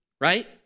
right